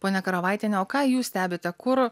ponia karavaitiene o ką jūs stebite kur